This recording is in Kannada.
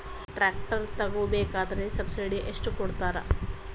ಟ್ರ್ಯಾಕ್ಟರ್ ತಗೋಬೇಕಾದ್ರೆ ಸಬ್ಸಿಡಿ ಎಷ್ಟು ಕೊಡ್ತಾರ?